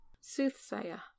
Soothsayer